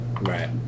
right